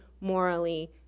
morally